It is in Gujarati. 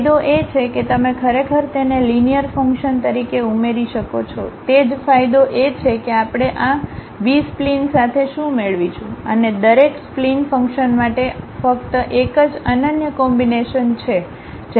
ફાયદો એ છે કે તમે ખરેખર તેને લીનીઅર ફંકશન તરીકે ઉમેરી શકો છો તે જ ફાયદો એ છે કે આપણે આ બી સ્પ્લિન સાથે શું મેળવીશું અને દરેક સ્પ્લિન ફંક્શન માટે ફક્ત એક જ અનન્ય કોમ્બિનેશન છે